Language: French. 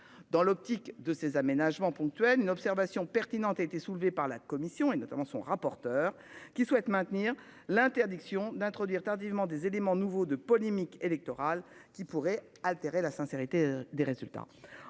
Dans l'optique de ces aménagements ponctuels observation pertinente été soulevée par la commission et notamment son rapporteur qui souhaite maintenir l'interdiction d'introduire tardivement des éléments nouveaux de polémique électorale qui pourrait altérer la sincérité des résultats